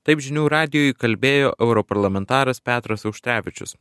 taip žinių radijui kalbėjo europarlamentaras petras auštrevičius